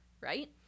right